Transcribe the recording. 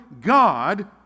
God